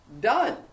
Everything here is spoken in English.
done